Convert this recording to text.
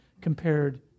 compared